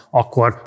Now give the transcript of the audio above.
akkor